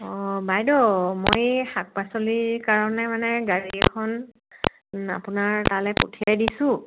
অ' বাইদেউ মই এই শাক পাচলিৰ কাৰণে মানে গাড়ী এখন আপোনাৰ তালৈ পঠিয়াই দিছো